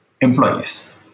employees